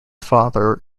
father